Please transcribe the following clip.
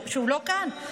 שהוא לא כאן.